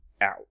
out